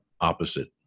opposite